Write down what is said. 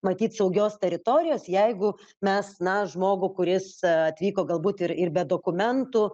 matyt saugios teritorijos jeigu mes na žmogų kuris atvyko galbūt ir ir be dokumentų